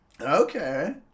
Okay